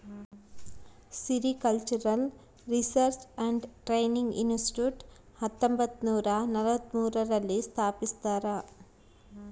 sericultural research and training institute ಹತ್ತೊಂಬತ್ತುನೂರ ನಲವತ್ಮೂರು ರಲ್ಲಿ ಸ್ಥಾಪಿಸ್ಯಾರ